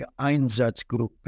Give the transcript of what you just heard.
einsatzgruppe